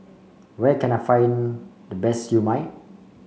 where can I find the best Siew Mai